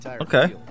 Okay